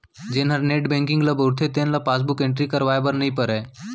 जेन हर net banking ल बउरथे तेन ल पासबुक एंटरी करवाए बर नइ परय